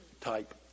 type